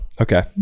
Okay